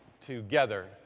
together